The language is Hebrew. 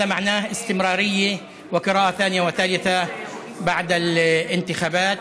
המשמעות היא רציפות וקריאה שנייה ושלישית לאחר הבחירות.